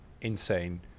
insane